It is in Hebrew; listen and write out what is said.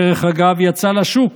דרך אגב, יצאה לשוק,